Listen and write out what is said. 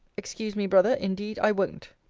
excuse me, brother. indeed i won't.